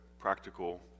practical